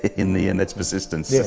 in the end that's persistence. yeah